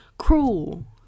cruel